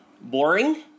boring